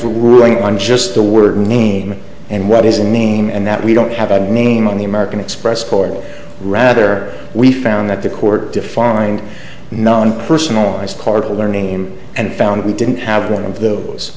ruling on just the word name and what is a name and that we don't have a name on the american express court rather we found that the court defined known personalized card of their name and found we didn't have one of those